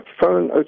phone